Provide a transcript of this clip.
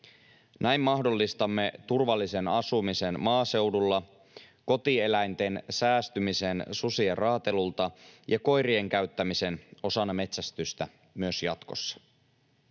Näin mahdollistamme turvallisen asumisen maaseudulla, kotieläinten säästymisen susien raatelulta ja koirien käyttämisen osana metsästystä myös jatkossa.